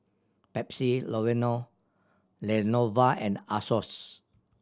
Pepsi Lenovo and Asos